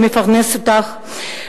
שמפרנס אותך,